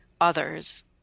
others